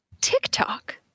TikTok